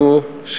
הרי דבריו היו,